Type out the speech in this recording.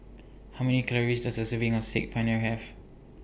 How Many Calories Does A Serving of Saag Paneer Have